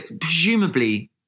presumably